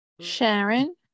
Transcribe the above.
Sharon